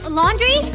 laundry